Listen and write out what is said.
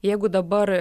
jeigu dabar